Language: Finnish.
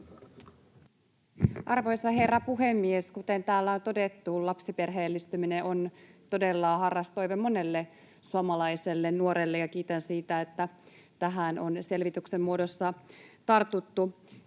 Arvoisa herra puhemies! Kuten täällä on todettu, lapsiperheellistyminen on todella harras toive monelle suomalaiselle nuorelle, ja kiitän siitä, että tähän on selvityksen muodossa tartuttu.